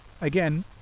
again